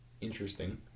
Interesting